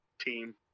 team